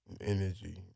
energy